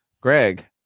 greg